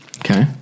Okay